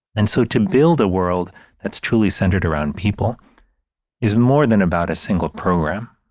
and so to build a world that's truly centered around people is more than about a single program.